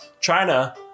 China